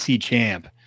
champ